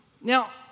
Now